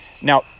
Now